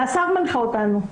זה השר מנחה אותנו.